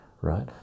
right